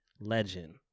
legend